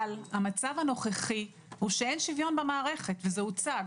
אבל המצב הנוכחי הוא שאין שוויון במערכת וזה הוצג,